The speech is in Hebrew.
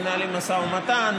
מנהלים משא ומתן,